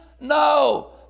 No